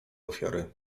ofiary